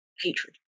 hatred